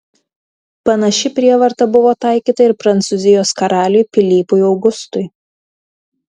panaši prievarta buvo taikyta ir prancūzijos karaliui pilypui augustui